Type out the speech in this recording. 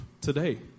today